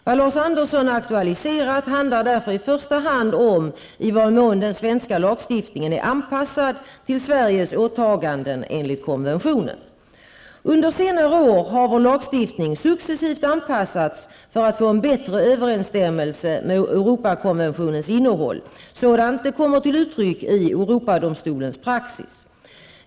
Vad Lars Andersson aktualiserat handlar därför i första hand om i vad mån den svenska lagstiftningen är anpassad till Under senare år har vår lagstiftning successivt anpassats för att få en bättre överensstämmelse med Europakonventionens innehåll, sådant det kommer till uttryck i Europadomstolens praxis.